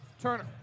Turner